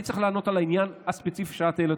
אני צריך לענות על העניין הספציפי שאת העלית,